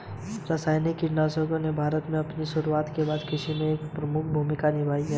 रासायनिक कीटनाशकों ने भारत में अपनी शुरुआत के बाद से कृषि में एक प्रमुख भूमिका निभाई है